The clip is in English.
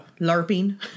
larping